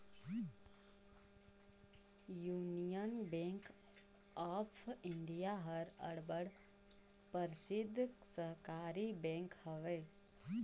union Bank of India हर अब्बड़ परसिद्ध सहकारी बेंक हवे